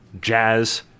jazz